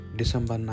December